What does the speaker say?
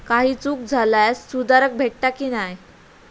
काही चूक झाल्यास सुधारक भेटता की नाय?